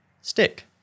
stick